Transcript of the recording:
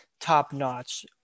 top-notch